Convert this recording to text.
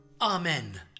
Amen